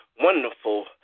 wonderful